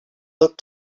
looked